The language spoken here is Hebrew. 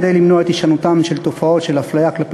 כדי למנוע את הישנותן של תופעות של אפליה כלפי